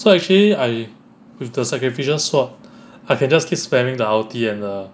so actually I with the sacrificial sword I can just keep spamming the ulti and the